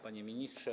Panie Ministrze!